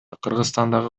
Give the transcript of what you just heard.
кыргызстандагы